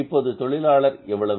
இப்போது தொழிலாளர் எவ்வளவு